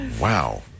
Wow